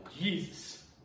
Jesus